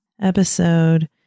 Episode